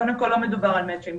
קודם כל, לא מדובר על מצ'ינג.